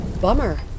Bummer